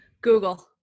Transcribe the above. Google